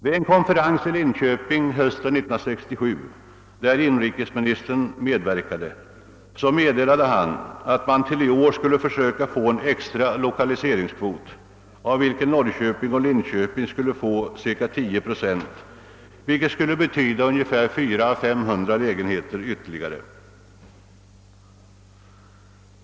Vid en konferens i Linköping hösten 1967, där inrikesministern medverkade, meddelade han, att man till i år skulle försöka få en extra lokaliseringskvot, av vilken Norrköping och Linköping skulle få cirka 10 procent, vilket skulle betyda 400 å 500 lägenheter ytterligare.